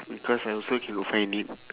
because I also cannot find it